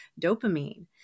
dopamine